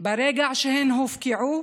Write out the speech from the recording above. ברגע שהן הופקעו,